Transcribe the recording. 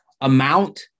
Amount